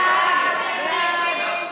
ההסתייגות